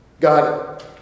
God